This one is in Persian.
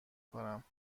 کنم